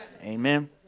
Amen